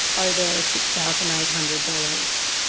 over six thousand eight hundred dollars.